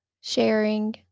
sharing